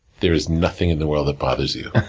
there is nothing in the world that bothers you.